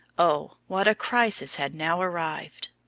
oh, what a crisis had now arrived!